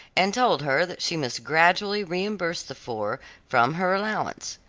and told her that she must gradually reimburse the four from her allowance.